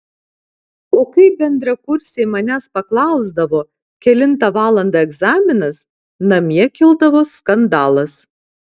o kai bendrakursiai manęs paklausdavo kelintą valandą egzaminas namie kildavo skandalas